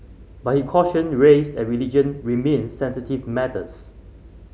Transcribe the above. but he cautioned race and religion remained sensitive matters